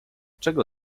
czego